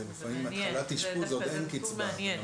בהתחלת האשפוז לפעמים עוד אין קצבה,